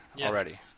already